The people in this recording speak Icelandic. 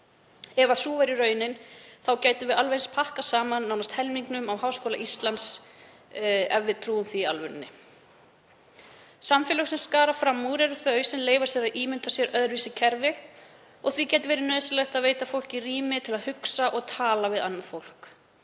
Ef sú væri raunin gætum við alveg eins pakkað saman nánast helmingnum af Háskóla Íslands, ef við trúum því í alvörunni. Samfélög sem skara fram úr eru þau sem leyfa sér að ímynda sér öðruvísi kerfi og því gæti verið nauðsynlegt að veita fólki rými til að hugsa og tala við annað fólk.